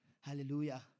Hallelujah